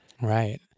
Right